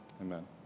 Amen